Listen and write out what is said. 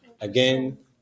again